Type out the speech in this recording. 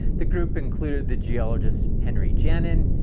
the group included the geologist henry janin,